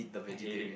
I hate it